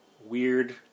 weird